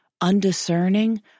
undiscerning